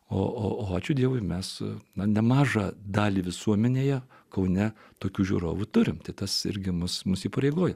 o ačiū dievui mes gan nemažą dalį visuomenėje kaune tokių žiūrovų turime tai tas irgi mus mus įpareigoja